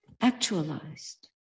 actualized